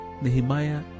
Nehemiah